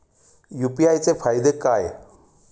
UPI चे फायदे काय?